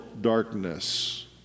darkness